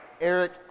Eric